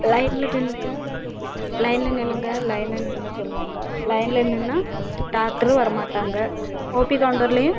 லயனில் நில்லுங்கள் லயனில் நில்லுங்கள் லயனில் நில்லுங்கன்னு சொல்லுவாங்க லயனில் நின்னாக டாக்ட்ரு வர மாட்டாங்க ஓபி கவுண்டர்லையும்